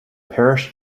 parish